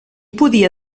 podia